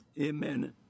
Amen